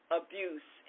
abuse